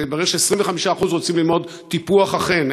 מתברר ש-25% רוצים ללמוד טיפוח החן.